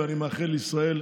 ואני מאחל לישראל,